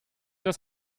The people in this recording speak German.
das